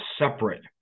separate